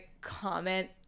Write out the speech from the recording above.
comment